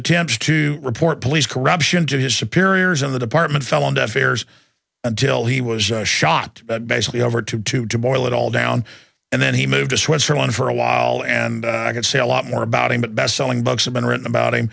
attempts to report police corruption to his superiors in the department fell on deaf ears until he was shot basically over to two to boil it all down and then he moved to switzerland for a while and i could say a lot more about him but bestselling books have been written about him